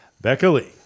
Beckley